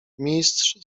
mistrz